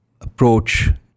approach